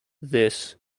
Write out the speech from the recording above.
this